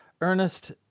Ernest